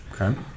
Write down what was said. Okay